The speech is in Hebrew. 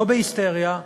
לא בהיסטריה,